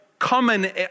Common